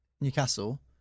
Newcastle